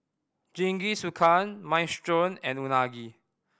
Jingisukan Minestrone and Unagi